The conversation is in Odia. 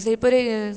ସେହିପରି